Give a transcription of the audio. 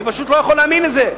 אני פשוט לא יכול להאמין לזה.